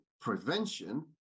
prevention